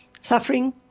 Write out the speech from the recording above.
suffering